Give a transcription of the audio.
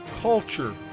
culture